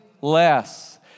less